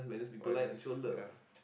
politeness ya